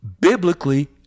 biblically